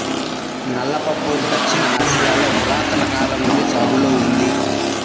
నల్ల పప్పు దక్షిణ ఆసియాలో పురాతన కాలం నుండి సాగులో ఉంది